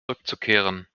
zurückzukehren